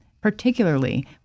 particularly